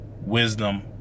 wisdom